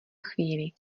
chvíli